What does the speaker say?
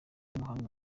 muhanga